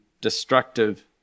destructive